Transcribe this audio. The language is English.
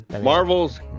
Marvel's